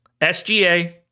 SGA